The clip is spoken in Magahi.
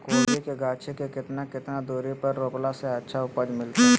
कोबी के गाछी के कितना कितना दूरी पर रोपला से अच्छा उपज मिलतैय?